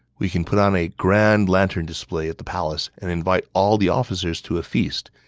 we can put on a grand lantern display at the palace and invite all the officers to a feast.